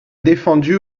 défendu